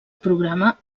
programa